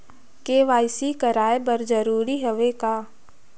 KYC कराय बर जरूरी हवे का?